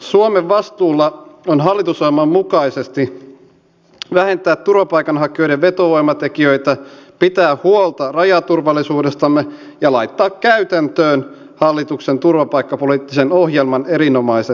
suomen vastuulla on hallitusohjelman mukaisesti vähentää turvapaikanhakijoiden vetovoimatekijöitä pitää huolta rajaturvallisuudestamme ja laittaa käytäntöön hallituksen turvapaikkapoliittisen ohjelman erinomaiset linjaukset